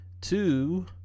two